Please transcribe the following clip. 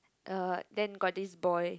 uh then got this boy